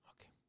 Okay